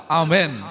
amen